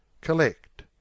Collect